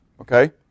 Okay